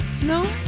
No